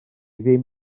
ddim